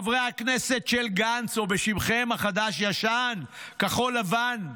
חברי הכנסת של גנץ, או בשמכם החדש-ישן כחול-לבן,